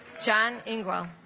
john ingram